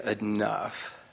enough